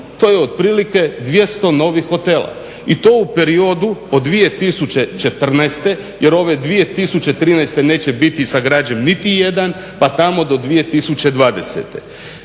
to je otprilike 200 novih hotela i to u periodu od 2014. jer ove 2003.neće biti sagrađen niti jedan pa tamo do 2020.